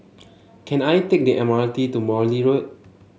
can I take the M R T to Morley Road